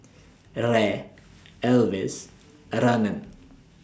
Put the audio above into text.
Ray Elvis and Ronin